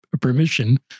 permission